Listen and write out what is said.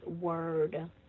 word